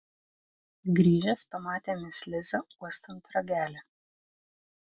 grįžęs pamatė mis lizą uostant ragelį